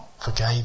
forgave